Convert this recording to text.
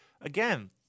again